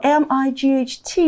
m-i-g-h-t